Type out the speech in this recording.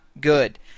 good